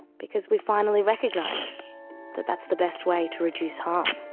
because we finally recognise that that's the best way to reduce harm.